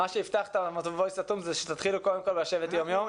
מה שיפתח את המבוי הסתום זה שתתחילו קודם כל לשבת יום יום.